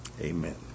Amen